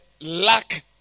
lack